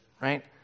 Right